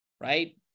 right